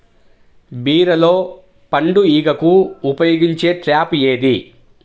బీరలో పండు ఈగకు ఉపయోగించే ట్రాప్ ఏది?